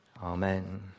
Amen